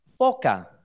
Foca